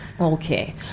Okay